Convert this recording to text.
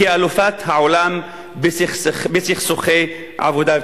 כאלופת העולם בסכסוכי עבודה.